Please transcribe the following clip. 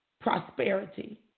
prosperity